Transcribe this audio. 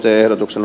ehdotuksen